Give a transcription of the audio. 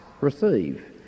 receive